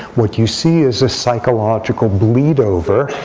what you see is a psychological bleed over.